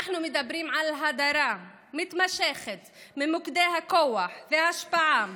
אנחנו מדברים על הדרה מתמשכת ממוקדי הכוח והשפעה,